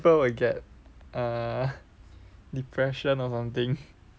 I think people will get depression or something